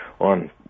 on